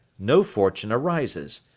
no fortune arises.